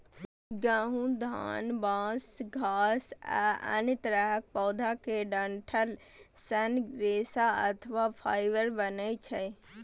गहूम, धान, बांस, घास आ अन्य तरहक पौधा केर डंठल सं रेशा अथवा फाइबर बनै छै